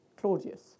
Claudius